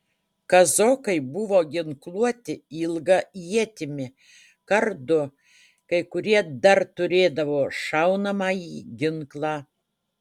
kazokai buvo ginkluoti ilga ietimi kardu kai kurie dar turėdavo šaunamąjį ginklą